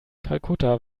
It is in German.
kalkutta